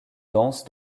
danse